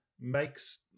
makes